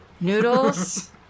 Noodles